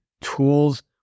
tools